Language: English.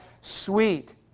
sweet